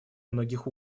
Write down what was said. многих